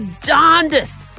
darndest